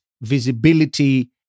visibility